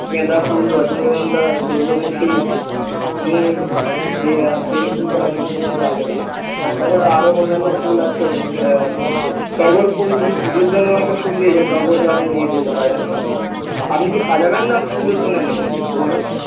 গাঁদা ফুল রজনীগন্ধা সূর্যমুখী জুঁই বেলফুলটা এখন পাওয়া যাবে না আর তাহলে আরও অন্যান্য ফুল আছে টগর ফুল যদি পুজোর জন্য অনেকে ফুল নিয়ে যায় টগর আরে নিয়ে যেতে পারেন আপনি কি সাজাবেন না পুজোর জন্য নেবেন বলুন